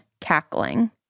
cackling